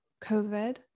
COVID